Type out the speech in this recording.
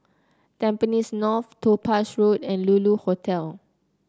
Tampines North Topaz Road and Lulu Hotel